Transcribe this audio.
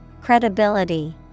Credibility